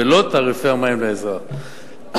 ולא תעריפי המים לאזרח.